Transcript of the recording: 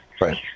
right